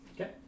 Okay